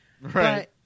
right